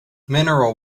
mineral